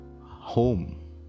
home